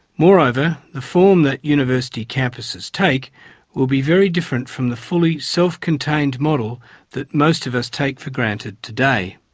moreover, the form that university campuses take will be very different from the fully self-contained model that most of us take for granted today.